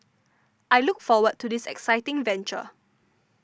I look forward to this exciting venture